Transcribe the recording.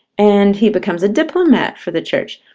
and he becomes a diplomat for the church.